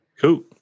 Cool